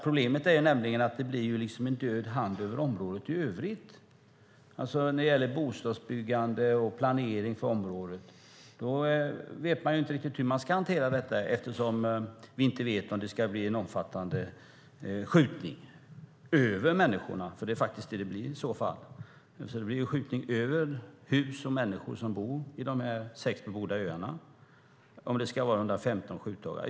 Problemet är att det blir en död hand över området i övrigt. Det gäller bostadsbyggande och planering för området. Man vet inte hur man ska hantera detta eftersom man inte vet om det ska bli en omfattande skjutning över människorna. Det är vad det är fråga om. Det blir skjutning över hus och de människor som bor på de sex bebodda öarna under dessa 115 skjutdagar.